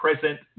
present